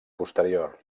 posterior